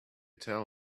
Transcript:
tell